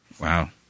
Wow